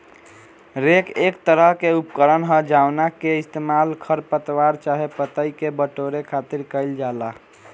rake एक तरह के उपकरण ह जावना के इस्तेमाल खर पतवार चाहे पतई के बटोरे खातिर कईल जाला